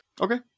Okay